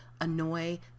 annoy